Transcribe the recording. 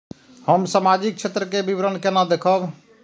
हम सामाजिक क्षेत्र के विवरण केना देखब?